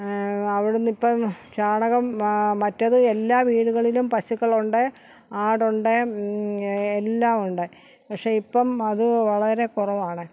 അവിടുന്ന് ഇപ്പം ചാണകം മറ്റത് എല്ലാ വീടുകളിലും പശുക്കളൊക്കെ ഉണ്ട് ആടുണ്ട് എല്ലാം ഉണ്ട് പക്ഷേ ഇപ്പം അത് വളരെ കുറവാണ്